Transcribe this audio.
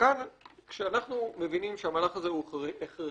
כשאנחנו מבינים שהמהלך הזה הכרחי,